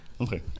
Okay